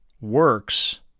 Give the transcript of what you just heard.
works